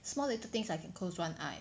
small little things I can close one eye